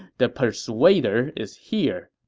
the persuader is here.